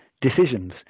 decisions